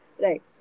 right